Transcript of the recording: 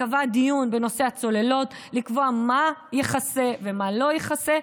קבע דיון בנושא הצוללות לקבוע מה ייחסה ומה לא ייחסה,